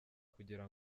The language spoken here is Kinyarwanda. kugira